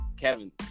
Kevin